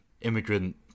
immigrant